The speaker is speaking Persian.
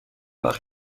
وقت